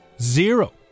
Zero